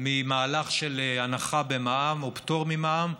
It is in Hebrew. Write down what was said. ממהלך של הנחה במע"מ או פטור ממע"מ,